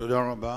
תודה רבה.